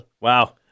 Wow